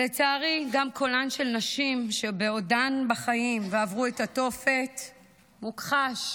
ולצערי גם קולן של נשים שעודן בחיים ועברו את התופת הוכחש,